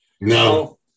No